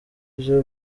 byo